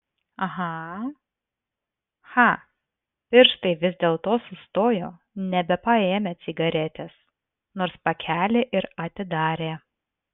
aha cha pirštai vis dėlto sustojo nebepaėmę cigaretės nors pakelį ir atidarė